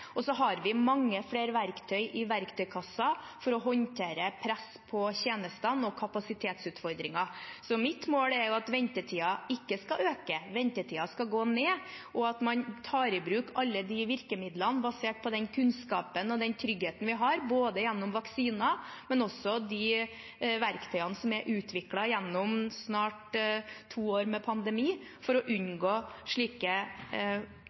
mange flere verktøy i verktøykassen for å håndtere press på tjenestene og kapasitetsutfordringer. Så mitt mål er at ventetiden ikke skal øke, ventetiden skal gå ned, og at man tar i bruk alle virkemidlene basert på den kunnskapen og den tryggheten vi har, gjennom vaksiner, men også gjennom de verktøyene som er utviklet gjennom snart to år med pandemi, for å unngå slike